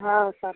और सब